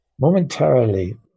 Momentarily